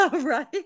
right